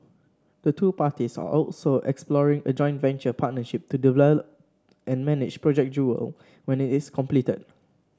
the two parties are also exploring a joint venture partnership to develop and manage Project Jewel when it is completed